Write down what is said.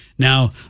Now